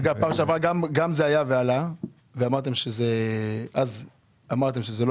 אגב, פעם שעברה זה גם עלה ואמרתם שזה לא יעלה.